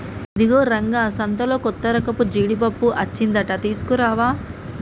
ఇగో రంగా సంతలో కొత్తరకపు జీడిపప్పు అచ్చిందంట తీసుకురావా